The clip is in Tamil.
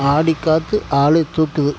ஆடி காத்து ஆளை தூக்கும்